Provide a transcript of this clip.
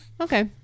Okay